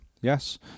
Yes